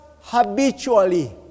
habitually